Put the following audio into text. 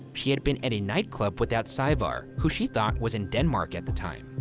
she had been at a nightclub without saevar, who she thought was in denmark at the time.